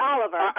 Oliver